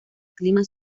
clima